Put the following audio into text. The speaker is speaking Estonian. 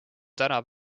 täna